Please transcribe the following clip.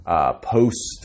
post